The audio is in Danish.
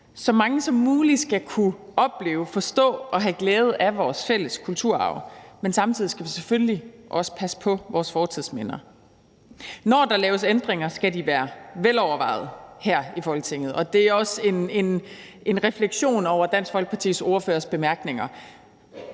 Så mange som muligt skal kunne opleve, forstå og have glæde af vores fælles kulturarv, men samtidig skal vi selvfølgelig også passe på vores fortidsminder. Når der laves ændringer, skal de være velovervejede her i Folketinget, og det er også en refleksion over Dansk Folkepartis ordførers bemærkninger.